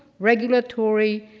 regulatory,